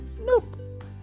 Nope